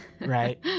Right